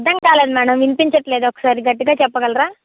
అర్థంకాలేదు madam వినిపించటం లేదు ఒక్కసారి గట్టిగా చెప్పగలరా